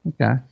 Okay